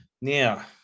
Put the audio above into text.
now